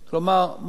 כלומר,